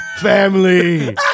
family